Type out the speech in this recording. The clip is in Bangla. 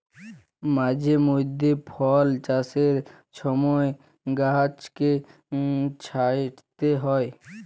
মাঝে মইধ্যে ফল চাষের ছময় গাহাচকে ছাঁইটতে হ্যয়